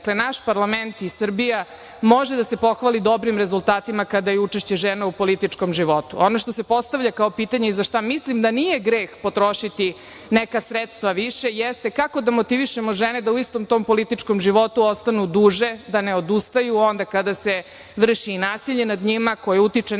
ne. Dakle, naš parlament i Srbija može da se pohvali dobrim rezultatima kada je učešće žena u političkom životu. Ono što se postavlja kao pitanje i za šta mislim da nije greh potrošiti neka sredstva više jeste kako da motivišemo žene da u istom tom političkom životu ostanu duže, da ne odustaju onda kada se vrši nasilje nad njima, koje utiče ne samo